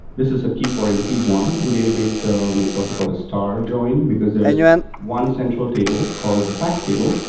this is a key foreign key join in database term. it's also called a star join, because there's one central table, called the fact table,